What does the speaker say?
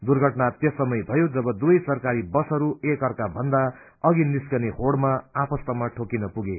दुर्घटना त्यस समय भयो जब दुवै सरकारी बसहरू एक अर्का भन्दा अधि निरिकने होड़मा आपस्तमा ठोकिन्न पुगे